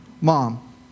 Mom